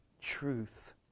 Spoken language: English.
Truth